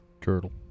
turtle